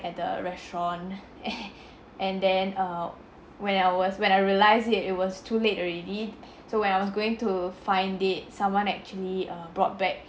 at the restaurant and then err when I was when I realised it it was too late already so when I was going to find it someone actually err brought back